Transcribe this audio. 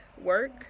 work